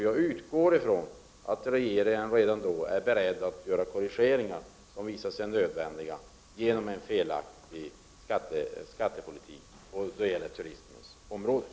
Jag utgår ifrån att regeringen redan då är beredd att göra de korrigeringar som visar sig nödvändiga på grund av en felaktig skattepolitik på turistområdet.